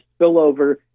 spillover